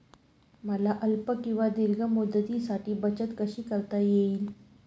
मला अल्प किंवा दीर्घ मुदतीसाठी बचत कशी करता येईल?